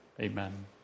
Amen